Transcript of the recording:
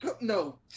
No